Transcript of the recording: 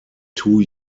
two